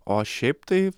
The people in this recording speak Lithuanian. o šiaip tai